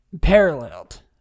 paralleled